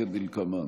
כדלקמן: